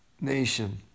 nation